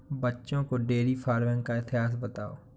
बच्चों को dairy farming का इतिहास बताओ